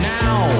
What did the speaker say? now